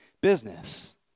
business